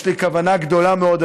יש לי כוונה גדולה מאוד,